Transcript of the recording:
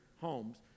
homes